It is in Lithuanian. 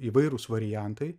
įvairūs variantai